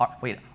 wait